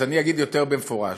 אז אני אגיד יותר במפורש: